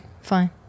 fine